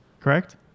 Correct